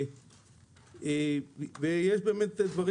יש דברים